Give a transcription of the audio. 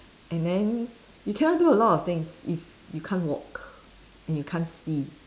and then you cannot do a lot of things if you can't walk and you can't see